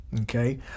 Okay